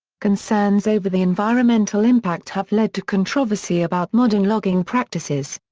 concerns over the environmental impact have led to controversy about modern logging practices.